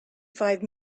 five